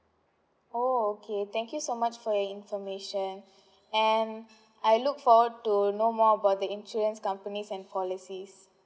orh okay thank you so much for your information and I look forward to know more about the insurance companies and policies